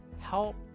help